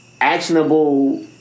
actionable